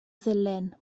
ddulyn